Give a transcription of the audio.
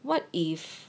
what if